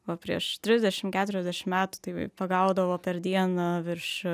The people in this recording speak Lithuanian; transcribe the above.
va prieš trisdešim keturiasdešim metų tai pagaudavo per dieną virš